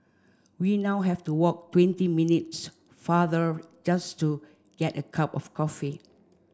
we now have to walk twenty minutes farther just to get a cup of coffee